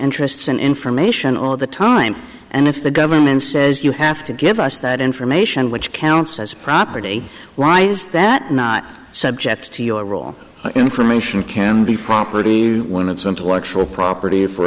interests and information all the time and if the government says you have to give us that information which counts as property why is that not subject to your role information can be property when it's intellectual property for